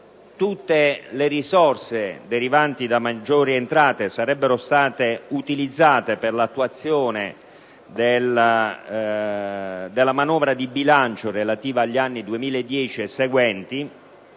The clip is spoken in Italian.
tutte le risorse derivanti da maggiori entrate sarebbero state utilizzate per l'attuazione della manovra di bilancio relativa agli anni 2010 e seguenti,